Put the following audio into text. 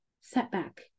setback